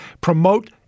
promote